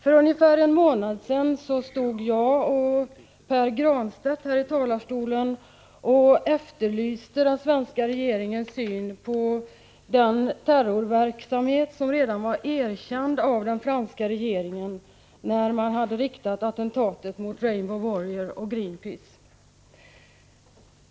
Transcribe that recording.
För ungefär en månad sedan stod jag och Pär Granstedt här i talarstolen och efterlyste den svenska regeringens syn på den terrorverksamhet som den franska regeringen redan hade erkänt — nämligen attentatet mot Rainbow Warrior och Greenpeace.